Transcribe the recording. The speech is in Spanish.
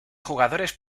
jugadores